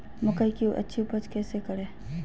मकई की अच्छी उपज कैसे करे?